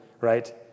right